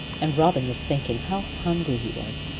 and robin was thinking how hungry he was,